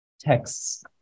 texts